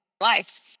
Lives